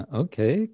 okay